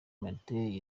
martin